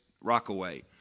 Rockaway